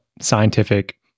scientific